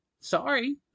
Sorry